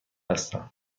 هستم